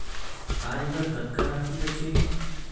आज बर कतका राशि बचे हे?